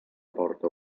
porta